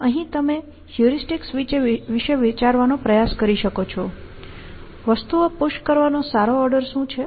અહીં તમે હ્યુરિસ્ટિકસ વિશે વિચારવાનો પ્રયાસ કરી શકો છો વસ્તુઓ પુશ કરવાનો સારો ઓર્ડર શું છે